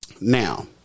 Now